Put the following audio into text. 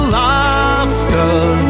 laughter